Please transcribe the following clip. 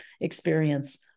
experience